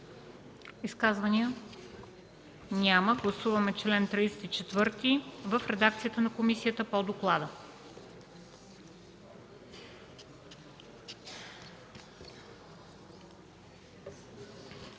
Изказвания? Няма. Гласуваме чл. 33 в редакцията на комисията по доклада.